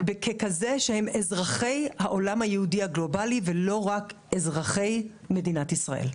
ככזה שהם אזרחי העולם היהודי הגלובלי ולא רק אזרחי מדינת ישראל.